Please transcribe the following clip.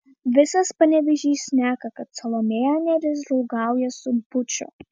visas panevėžys šneka kad salomėja nėris draugauja su buču